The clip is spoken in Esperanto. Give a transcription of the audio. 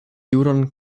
juron